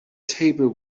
table